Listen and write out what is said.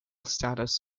status